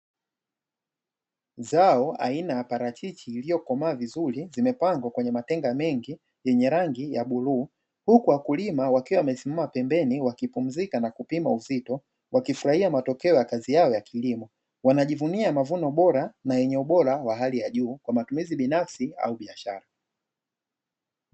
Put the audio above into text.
Zao aina ya parachichi iliyokomaa vizuri zimepangwa kwenye matenga mengi yenye rangi ya bluu, huku wakulima wakiwa wamesimama pembeni wakipumzika na kupima uzito, wakifurahia matokeo ya kazi yao ya kilimo wanajivunia mavuno bora na yenye ubora wa hali ya juu kwa matumizi binafsi au biashara.